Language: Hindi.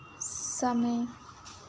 समय